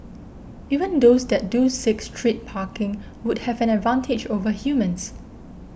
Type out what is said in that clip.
even those that do seek street parking would have an advantage over humans